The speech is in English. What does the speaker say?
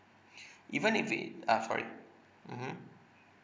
even if it uh for mmhmm